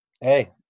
hey